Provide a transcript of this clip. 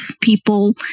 people